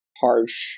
Harsh